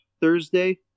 Thursday